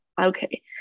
okay